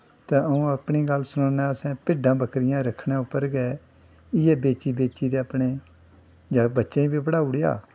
ते अ'ऊं अपनी गल्ल सनान्ना असें भिड्डां बक्करियां रक्खन उप्पर गै इ'यै बेची बेची ते अपने बच्चें गी बी पढ़ाई ओड़ेआ